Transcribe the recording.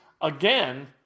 again